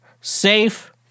safe